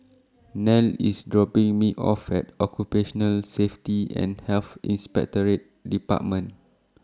Nell IS dropping Me off At Occupational Safety and Health Inspectorate department